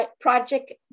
Project